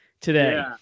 today